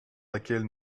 laquelle